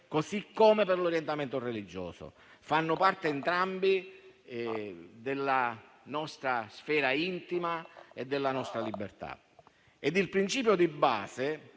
così come per quello religioso, perché fanno parte entrambi della nostra sfera intima e della nostra libertà. Il principio di base,